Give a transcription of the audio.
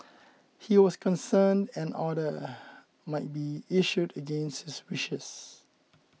he was concerned an order might be issued against his wishes